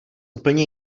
úplně